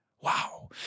Wow